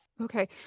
Okay